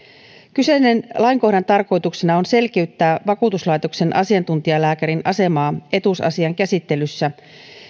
kyseisen lainkohdan tarkoituksena on selkeyttää vakuutuslaitoksen asiantuntijalääkärin asemaa etuusasian käsittelyssä